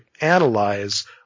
analyze